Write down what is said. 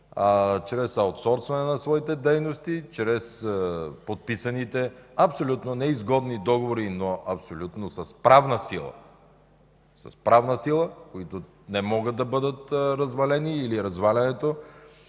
чрез аутсорстване на своите дейности, чрез подписаните абсолютно неизгодни договори, но абсолютно с правна сила, които не могат да бъдат развалени, или развалянето,